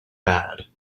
bad